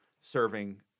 serving